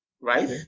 right